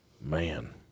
Man